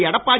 Edappadi